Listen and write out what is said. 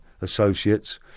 associates